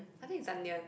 I think it's onion